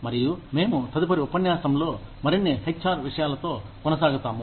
మరియు మేము తదుపరి ఉపన్యాసంలో మరిన్ని హెచ్ఆర్ విషయాలతో కొనసాగుతాము